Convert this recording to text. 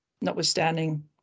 notwithstanding